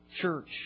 church